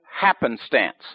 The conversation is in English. happenstance